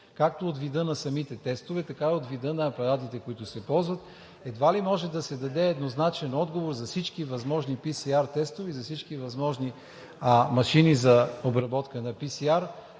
както от вида на самите тестове, така и от вида на апаратите, които се ползват. Едва ли може да се даде еднозначен отговор за всички възможни PСR тестове и за всички възможни машини за обработка на PСR,